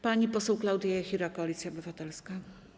Pani poseł Klaudia Jachira, Koalicja Obywatelska.